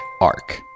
ARC